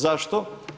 Zašto?